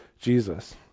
Jesus